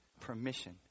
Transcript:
permission